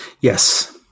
Yes